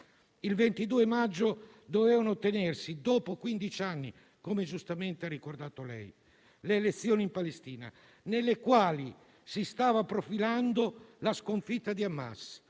il 22 maggio dovevano tenersi, dopo quindici anni, come giustamente ha ricordato lei, le elezioni in Palestina, nelle quali si stava profilando la sconfitta di Hamas